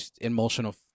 emotional